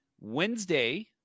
Wednesday